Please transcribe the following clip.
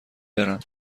برم